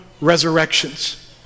resurrections